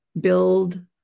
build